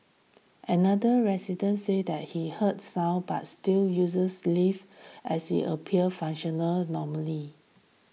another resident said that he heard sound but still uses lift as it appears functional normally